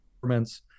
governments